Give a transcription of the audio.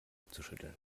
abzuschütteln